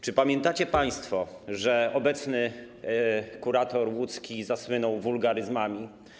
Czy pamiętacie państwo, że obecny kurator łódzki zasłynął wulgaryzmami?